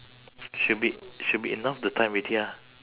should be should be enough the time already ah